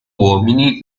uomini